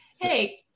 Hey